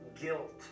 guilt